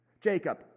Jacob